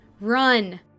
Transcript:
Run